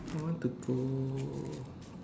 I want to go